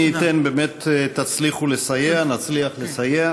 מי ייתן שבאמת תצליחו לסייע, נצליח לסייע.